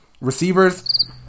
Receivers